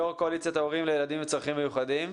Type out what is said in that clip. יושבת ראש קואליציית הורים לילדים עם צרכים מיוחדים.